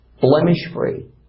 blemish-free